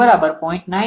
ઉદાહરણ તરીકે 𝑉00